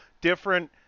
different